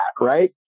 right